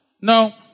No